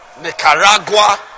Nicaragua